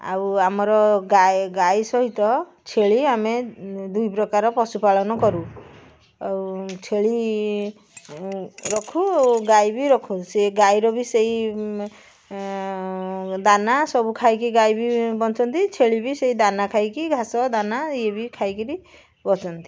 ଆଉ ଆମର ଗାଏ ଗାଈ ସହିତ ଛେଳି ଆମେ ଦୁଇ ପ୍ରକାର ପଶୁ ପାଳନ କରୁ ଆଉ ଛେଳି ରଖୁ ଗାଈ ବି ରଖୁ ସେ ଗାଈର ବି ସେଇ ଦାନା ସବୁ ଖାଇକି ଗାଈ ବି ବଞ୍ଚନ୍ତି ଛେଳି ବି ସେହି ଦାନା ଖାଇକି ଘାସ ଦାନା ଇଏ ବି ଖାଇକିରି ବଞ୍ଚନ୍ତି